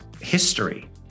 history